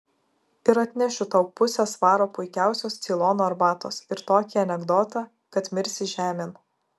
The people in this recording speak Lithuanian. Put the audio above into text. ir atnešiu tau pusę svaro puikiausios ceilono arbatos ir tokį anekdotą kad mirsi žemėn